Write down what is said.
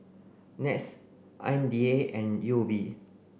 NETS I M D A and U O B